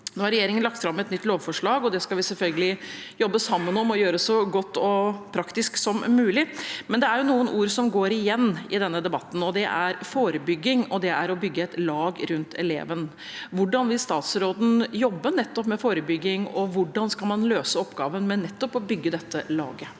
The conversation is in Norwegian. Regjeringen har lagt fram et nytt lovforslag, og det skal vi selvfølgelig jobbe sammen om å gjøre så godt og praktisk som mulig, men det er noen ord og uttrykk som går igjen i denne debatten. Det er «forebygging», og det er «å bygge et lag rundt eleven». Hvordan vil statsråden jobbe med nettopp forebygging, og hvordan skal man løse oppgaven med å bygge dette laget?